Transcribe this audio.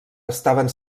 estaven